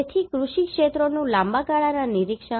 તેથી કૃષિ ક્ષેત્રોનું લાંબા ગાળાના નિરીક્ષણ